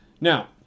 Now